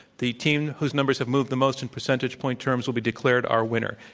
the team whose numbers have moved the most in percentage point terms will be declared our winner.